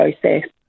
process